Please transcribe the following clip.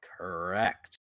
Correct